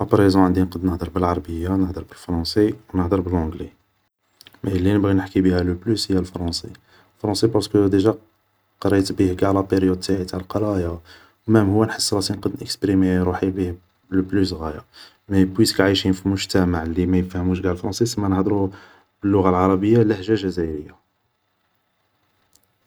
ا بريزون عندي نقد نهدر بالعربية نهدر بالفرونسي و نهضر بلونقلي مي, مي لي نبغي نحكي بيها لو بلوس هي فرونسي, فرونسي بارسكو ديجا قريت بيه قاع لا بيريود تاعي تاع قرايا مام هو نحس روحي نقدر ناكسبيريمي روحي بيه لو بلوس غايا, مي بويسك عايشين في مجتمع لي مايفهموش قاع قرونسي سما نهدرو باللغة العربية لهجة جزائرية